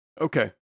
Okay